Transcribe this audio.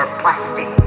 plastic